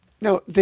No